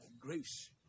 Grace